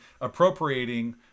appropriating